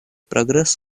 прогресс